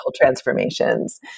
transformations